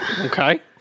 Okay